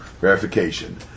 verification